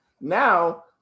Now